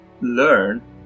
learn